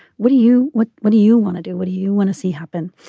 what do you what what do you want to do. what do you want to see happen.